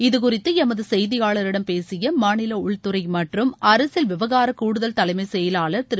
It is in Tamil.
இது குறித்து எமது செய்தியாளரிடம் பேசிய மாநில உள்துறை மற்றும் அரசியல் விவகார கூடுதல் தலைமைச் செயலாளர் திரு